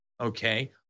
okay